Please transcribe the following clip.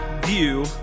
view